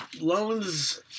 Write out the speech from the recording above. Loans